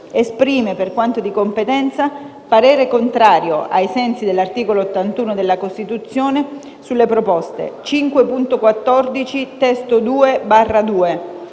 esprime, per quanto di competenza, parere contrario, ai sensi dell'articolo 81 della Costituzione, sulla proposta 1.0.1 (testo 4) e i